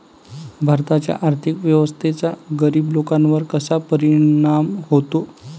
भारताच्या आर्थिक व्यवस्थेचा गरीब लोकांवर कसा परिणाम होतो?